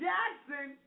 Jackson